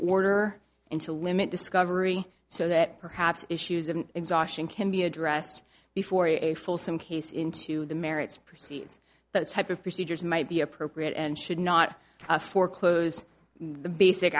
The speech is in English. order and to limit discovery so that perhaps issues of exhaustion can be addressed before a full some case into the merits proceeds the type of procedures might be appropriate and should not foreclose the basic